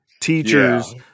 teachers